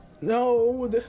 No